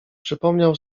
przypomniał